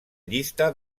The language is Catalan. llista